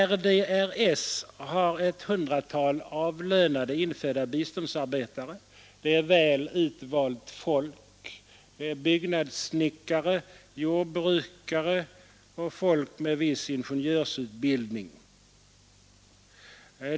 RDRS har ett hundratal avlönade infödda biståndsarbetare. Det är väl utvalt folk — byggnadssnickare, jordbrukare och folk med viss ingenjörsutbildning.